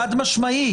חד משמעית.